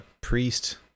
priest